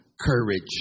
courage